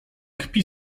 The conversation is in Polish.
kpi